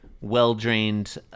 well-drained